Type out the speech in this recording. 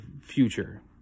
future